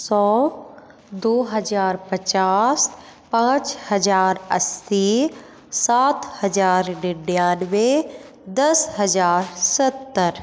सौ दो हज़ार पचास पाँच हज़ार अस्सी सात हज़ार निन्यानवे दस हज़ार सत्तर